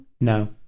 No